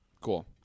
Cool